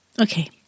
Okay